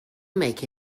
make